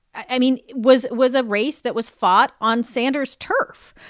i mean, was was a race that was fought on sanders' turf,